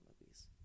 movies